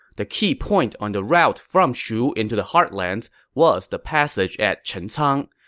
the key point on the route from shu into the heartlands was the passage at chencang.